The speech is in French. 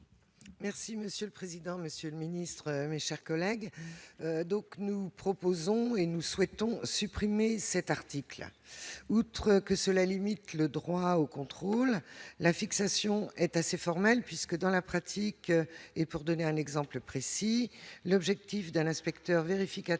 Merci monsieur le président, Monsieur le Ministre, mes chers collègues, donc nous proposons et nous souhaitons supprimer cet article, outre que cela limite le droit au contrôle la fixation est assez formelle puisque, dans la pratique, et pour donner un exemple précis, l'objectif de l'inspecteur vérificateur